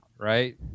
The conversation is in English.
right